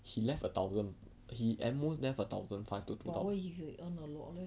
but what if he earn a lot leh